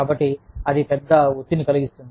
కాబట్టి అది పెద్ద ఒత్తిడిని కలిగిస్తుంది